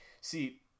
see